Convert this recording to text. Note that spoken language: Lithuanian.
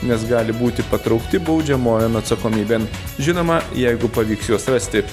nes gali būti patraukti baudžiamojon atsakomybėn žinoma jeigu pavyks juos rasti